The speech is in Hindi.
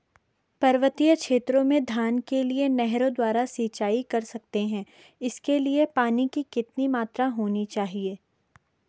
पर्वतीय क्षेत्रों में धान के लिए नहरों द्वारा सिंचाई कर सकते हैं इसके लिए पानी की कितनी मात्रा होनी चाहिए?